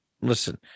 listen